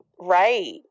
Right